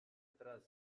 atrás